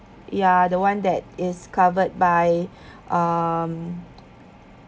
ya the one that is covered by um